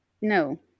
no